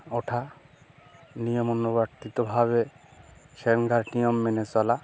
ওঠা নিয়মনুবার্তিতভাবে সেখানকার নিয়ম মেনে চলা